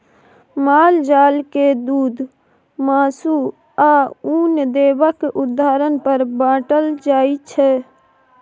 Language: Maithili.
माल जाल के दुध, मासु, आ उन देबाक आधार पर बाँटल जाइ छै